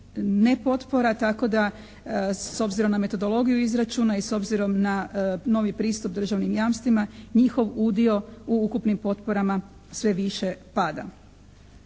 nepotpora tako da s obzirom na metodologiju izračuna i s obzirom na novi pristup državnim jamstvima njihov udio u ukupnim potporama sve više pada.